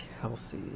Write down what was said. Kelsey